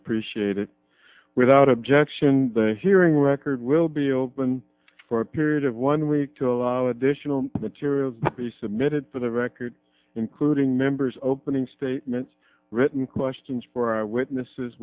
appreciated without objection the hearing record will be open for a period of one week to allow additional materials be submitted for the record including members opening statements written questions for our witnesses